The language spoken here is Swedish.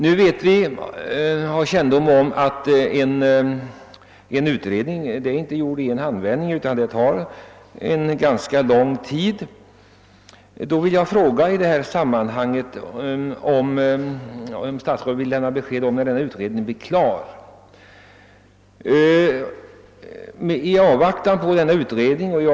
Nu vet vi emellertid att sådana utredningar tar lång tid, och därför vill jag fråga om statsrådet kan säga när 1969 års vägutredning kan bli färdig med sitt arbete.